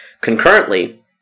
Concurrently